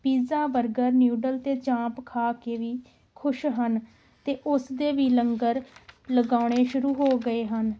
pizza burger noodle ਅਤੇ ਚਾਂਪ ਖਾ ਕੇ ਵੀ ਖੁਸ਼ ਹਨ ਅਤੇ ਉਸਦੇ ਵੀ ਲੰਗਰ ਲਗਾਉਣੇ ਸ਼ੁਰੂ ਹੋ ਗਏ ਹਨ